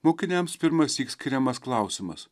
mokiniams pirmąsyk skiriamas klausimas